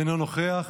אינו נוכח,